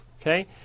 okay